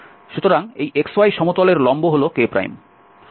সুতরাং এই xy সমতলের লম্ব হল k